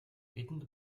бидэнд